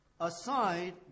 aside